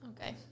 Okay